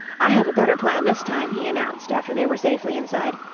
i have a better plan this time, he announced after they were safely inside.